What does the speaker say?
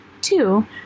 Two